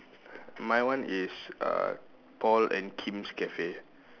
my one is uh Paul and Kim's cafe